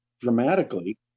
dramatically